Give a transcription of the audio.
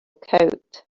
coat